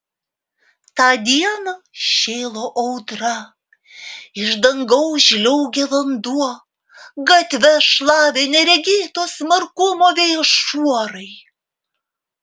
tą dieną šėlo audra iš dangaus žliaugė vanduo gatves šlavė neregėto smarkumo vėjo šuorai